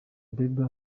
bieber